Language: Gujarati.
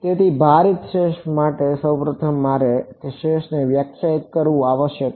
તેથી ભારિત શેષ માટે સૌ પ્રથમ મારે શેષને વ્યાખ્યાયિત કરવું આવશ્યક છે